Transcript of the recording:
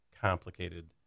complicated